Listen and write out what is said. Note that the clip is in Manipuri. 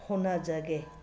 ꯍꯣꯠꯅꯖꯒꯦ